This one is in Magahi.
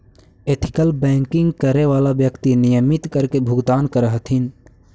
एथिकल बैंकिंग करे वाला व्यक्ति नियमित कर के भुगतान करऽ हथिन